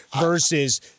versus